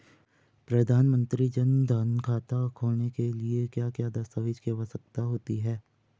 प्रधानमंत्री जन धन खाता खोलने के लिए क्या क्या दस्तावेज़ की आवश्यकता होती है?